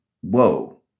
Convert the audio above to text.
whoa